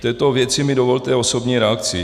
K této věci mi dovolte osobní reakci.